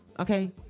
Okay